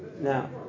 Now